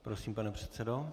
Prosím, pane předsedo.